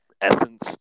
essence